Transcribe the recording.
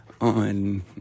on